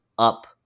up